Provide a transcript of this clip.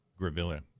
Gravilla